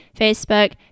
Facebook